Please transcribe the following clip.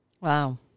Wow